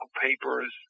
papers